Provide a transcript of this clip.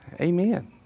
Amen